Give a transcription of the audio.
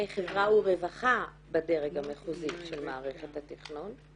חברה ורווחה בדרג המחוזי של מערכת התכנון.